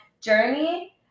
journey